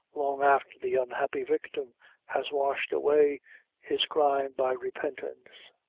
long after the unhappy victim has washed away his crime by repentance,